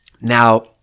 Now